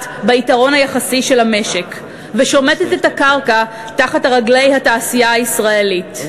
ביתרון היחסי של המשק ושומטת את הקרקע מתחת רגלי התעשייה הישראלית.